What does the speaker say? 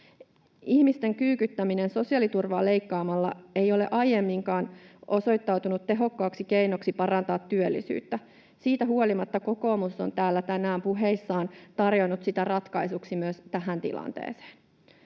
Ihmisten kyykyttäminen sosiaaliturvaa leikkaamalla ei ole aiemminkaan osoittautunut tehokkaaksi keinoksi parantaa työllisyyttä. Siitä huolimatta kokoomus on täällä tänään puheissaan tarjonnut sitä ratkaisuksi myös tähän tilanteeseen.